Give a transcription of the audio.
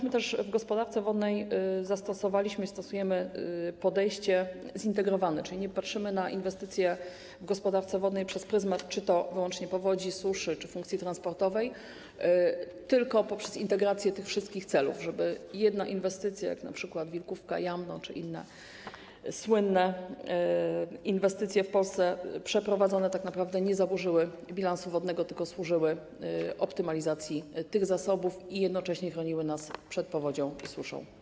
My też w gospodarce wodnej zastosowaliśmy, stosujemy podejście zintegrowane, czyli nie patrzymy na inwestycje w gospodarce wodnej przez pryzmat czy to wyłącznie powodzi, czy to suszy, czy to funkcji transportowej, tylko pod kątem integracji tych wszystkich celów, tak żeby jedna inwestycja, np. Wilkówka, Jamno czy inne słynne przeprowadzone inwestycje w Polsce, tak naprawdę nie zaburzyła bilansu wodnego, tylko służyła optymalizacji tych zasobów i jednocześnie chroniła nas przed powodzią i suszą.